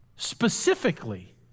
Specifically